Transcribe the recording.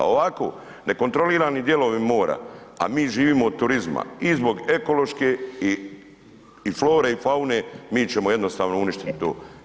Ovako, nekontrolirani dijelovi mora a mi živimo od turizma i zbog ekološke i flore i faune, mi ćemo jednostavno uništiti to.